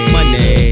Money